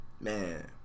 Man